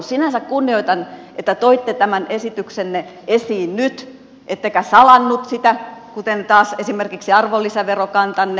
sinänsä kunnioitan että toitte tämän esityksenne esiin nyt ettekä salanneet sitä kuten taas esimerkiksi arvonlisäverokantanne